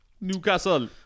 Newcastle